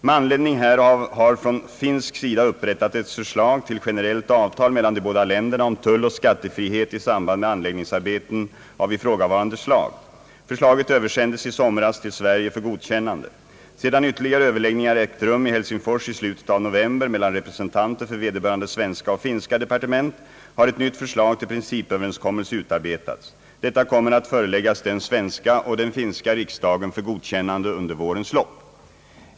Med anledning härav har från finsk sida upprättats ett förslag till generellt avtal mellan de båda länderna om tulloch skattefrihet i samband med anläggningsarbeten av ifrågavarande slag. Förslaget översändes i somras till Sverige för godkännande. Sedan ytterligare överläggningar ägt rum i Helsingfors i slutet av november mellan re presentanter för vederbörande svenska och finska departement, har ett nytt förslag till principöverenskommelse utarbetats. Detta kommer att föreläggas den svenska och den finska riksdagen för godkännande under vårens lopp.